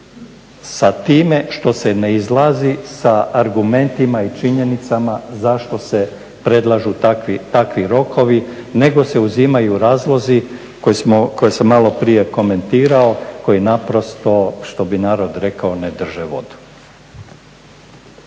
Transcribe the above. sa time što se ne izlazi sa argumentima i činjenicama zašto se predlažu takvi rokovi, nego se uzimaju razlozi koje sam malo prije komentirao koji naprosto što bi narod rekao ne drže vodu.